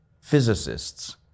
physicists